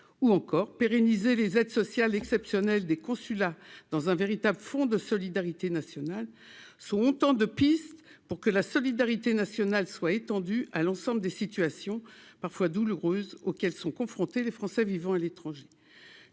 ou encore pérenniser les aides sociales exceptionnelles des consulats dans un véritable fonds de solidarité nationale, sont autant de pistes pour que la solidarité nationale soit étendue à l'ensemble des situations parfois douloureuses auxquelles sont confrontés les Français vivant à l'étranger,